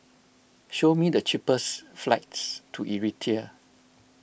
show me the cheapest flights to Eritrea